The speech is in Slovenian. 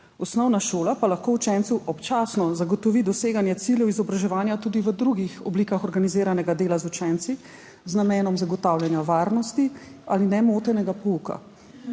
Osnovna šola pa lahko učencu občasno zagotovi doseganje ciljev izobraževanja tudi v drugih oblikah organiziranega dela z učenci z namenom zagotavljanja varnosti ali nemotenega pouka.